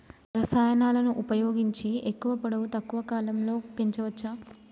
రసాయనాలను ఉపయోగించి ఎక్కువ పొడవు తక్కువ కాలంలో పెంచవచ్చా?